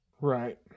right